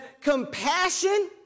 compassion